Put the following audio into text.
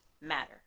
matter